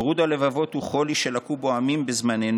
פירוד הלבבות הוא חולי שלקו בו עמים בזמננו,